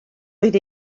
oedd